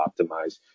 optimize